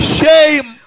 shame